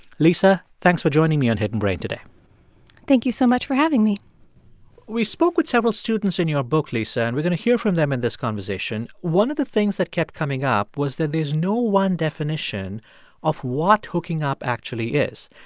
lisa, thanks for joining me on hidden brain today thank you so much for having me we spoke with several students in your book, lisa, and we're going to hear from them in this conversation. one of the things that kept coming up was that there's no one definition of what hooking up actually is.